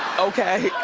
okay.